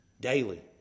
daily